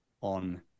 on